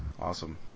Awesome